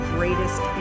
Greatest